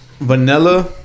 vanilla